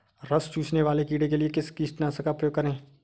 रस चूसने वाले कीड़े के लिए किस कीटनाशक का प्रयोग करें?